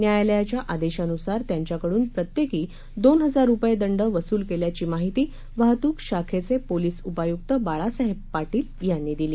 न्यायालयाच्या आदेशानुसार त्यांच्याकडून प्रत्येकी दोन हजार रुपये दंड वसूल केल्याची माहिती वाहतूक शाखेचे पोलीस उपायुक्त बाळासाहेब पार्शील यांनी दिली